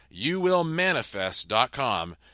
Youwillmanifest.com